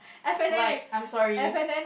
like I'm sorry